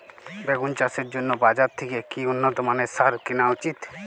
বেগুন চাষের জন্য বাজার থেকে কি উন্নত মানের সার কিনা উচিৎ?